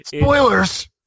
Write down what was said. spoilers